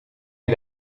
est